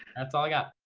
that's all i got.